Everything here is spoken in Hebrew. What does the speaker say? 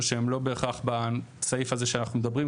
שהם לא בהכרח בסעיף הזה שאנחנו מדברים,